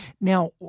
Now